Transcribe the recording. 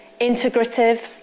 integrative